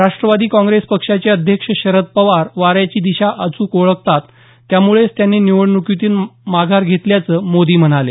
राष्ट्रवादी काँग्रेस पक्षाचे अध्यक्ष शरद पवार वाऱ्याची दिशा अचूक ओळखतात त्यामुळेच त्यांनी निवडण्कीतून माघार घेतल्याचं मोदी म्हणाले